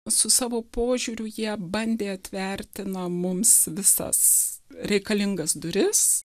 su savo požiūriu jie bandė atverti na mums visas reikalingas duris